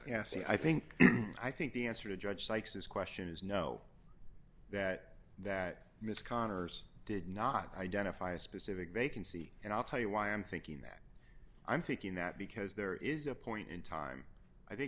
me i think i think the answer to judge sykes this question is no that that ms conner's did not identify a specific vacancy and i'll tell you why i'm thinking that i'm thinking that because there is a point in time i think